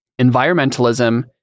environmentalism